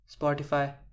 Spotify